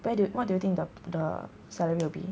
where do you what do you think the the salary will be